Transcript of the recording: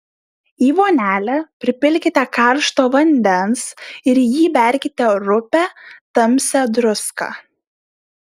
į vonelę pripilkite karšto vandens ir į jį įberkite rupią tamsią druską